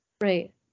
Right